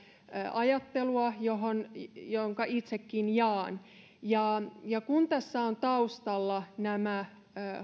ajattelua jonka itsekin jaan kun tässä on taustalla nämä